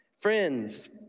Friends